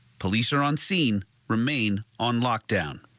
police are on scene remain on lockdown.